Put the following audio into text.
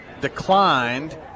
declined